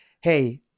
hey